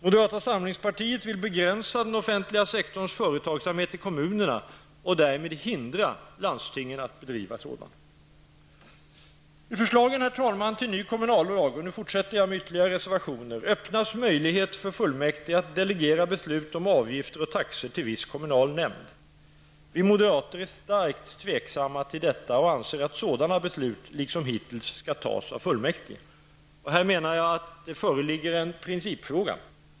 Moderaterna vill begränsa den offentliga sektorns företagsamhet till kommunerna och därmed hindra landstingen att bedriva sådan. I förslagen till ny kommunallag öppnas möjlighet för kommunfullmäktige att delegera beslut om avgifter och taxor till viss kommunal nämnd. Vi moderater är starkt tveksamma till detta och anser att sådana beslut, liksom hittills, skall fattas av fullmäktige. Här föreligger en principfråga.